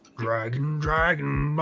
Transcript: dragon dragon